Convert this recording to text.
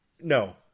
No